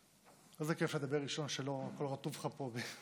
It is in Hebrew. איזה כיף לדבר ראשון, כשלא הכול רטוב לך פה.